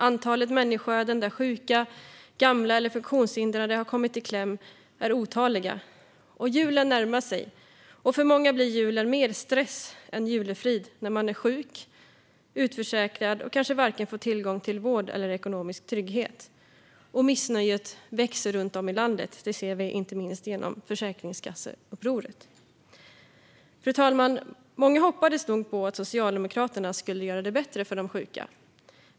Antalet människoöden där sjuka, gamla eller funktionshindrade har kommit i kläm är otaliga. Julen närmar sig, och för många blir julen mer stress än julefrid när man är sjuk och utförsäkrad och kanske inte får tillgång till vare sig vård eller ekonomisk trygghet. Och missnöjet växer runt om i landet. Det ser vi inte minst genom Försäkringskassanupproret. Fru talman! Många hoppades nog på att Socialdemokraterna skulle göra det bättre för de sjuka.